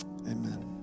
amen